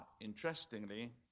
interestingly